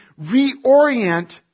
reorient